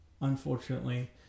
unfortunately